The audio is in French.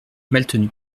maltenu